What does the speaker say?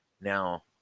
Now